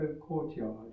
courtyard